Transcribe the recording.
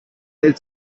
del